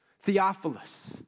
Theophilus